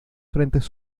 frentes